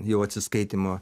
jau atsiskaitymo